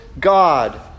God